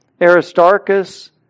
Aristarchus